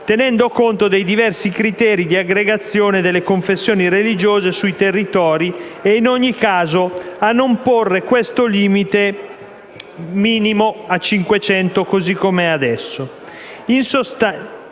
tenendo conto dei diversi criteri di aggregazione delle confessioni religiose sui territori e in ogni caso a non porre questo limite minimo a 500, così come è adesso.